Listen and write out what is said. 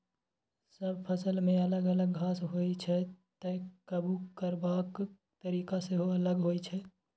सब फसलमे अलग अलग घास होइ छै तैं काबु करबाक तरीका सेहो अलग होइ छै